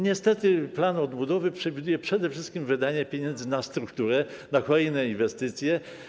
Niestety plan odbudowy przewiduje przede wszystkim wydanie pieniędzy na strukturę, na kolejne inwestycje.